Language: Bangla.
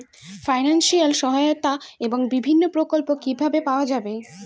ফাইনান্সিয়াল সহায়তা এবং বিভিন্ন প্রকল্প কিভাবে পাওয়া যাবে?